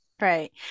right